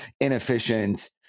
inefficient